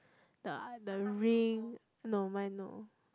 the a~ the ring no my no